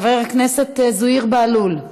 חבר הכנסת זוהיר בהלול,